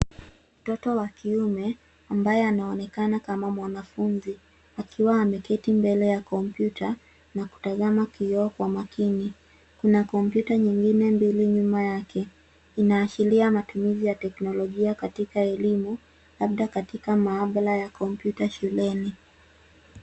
Mtoto wa kiume ambaye anaonekana kama mwanafunzi akiwa ameketi mbele ya komputa na kutazama kioo kwa makini. Kuna komputa nyingine mbili nyuma yake, inaashiria matumizi ya teknolojia katika elimu, labda katika maabara ya komputa shuleni.